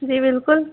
جی بالکل